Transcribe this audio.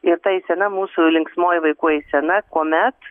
ir ta eisena mūsų linksmoji vaikų eisena kuomet